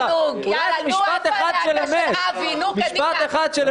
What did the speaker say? אולי איזה משפט אחד של אמת.